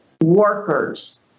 workers